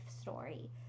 story